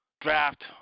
draft